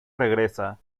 regresa